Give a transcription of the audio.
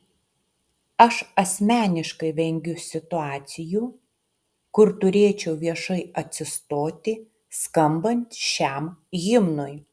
aš asmeniškai vengiu situacijų kur turėčiau viešai atsistoti skambant šiam himnui